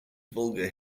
vulgar